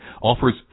offers